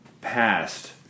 past